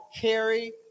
carry